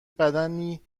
بدنی